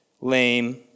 lame